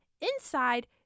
inside